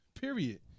period